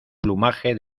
plumaje